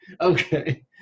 okay